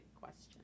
question